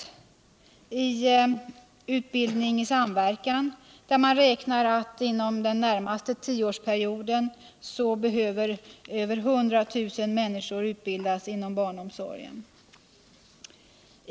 Enligt utredningen Utbildning i samverkan måste det inom den närmaste tioårsperioden utbildas över 100 000 personer inom barnomsorgen.